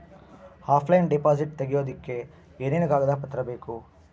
Offline deposit ತೆಗಿಯೋದಕ್ಕೆ ಏನೇನು ಕಾಗದ ಪತ್ರ ಬೇಕು?